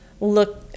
look